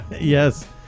Yes